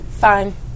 Fine